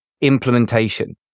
implementation